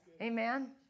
Amen